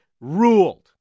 ruled